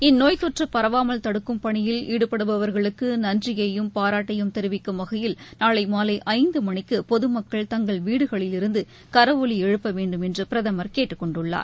இந்நோய்த் தொற்றுபரவாமல் தடுக்கும் பணியில் ஈடுபடுபவர்களுக்குநன்றியையும் பாராட்டையும் தெரிவிக்கும் வகையில் நாளைமாலைந்துமணிக்குபொதுமக்கள் தங்கள் வீடுகளிலிருந்துகரவொலிஎழுப்பவேண்டும் என்றுபிரதமர் கேட்டுக் கொண்டுள்ளார்